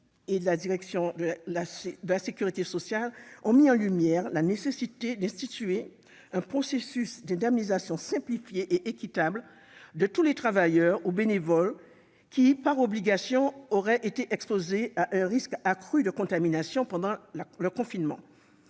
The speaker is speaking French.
et de la Direction de la sécurité sociale. Ces entretiens ont mis en lumière la nécessité d'instituer un processus d'indemnisation simplifié et équitable de tous les travailleurs ou bénévoles qui, par obligation, auraient été exposés à un risque accru de contamination pendant le confinement.